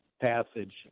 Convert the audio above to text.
passage